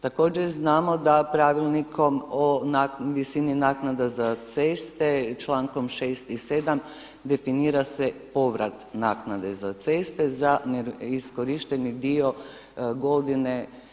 Također znamo da Pravilnikom o visini naknada za ceste člankom 6. i 7. definira se povratak naknade za ceste za iskorišteni dio godine.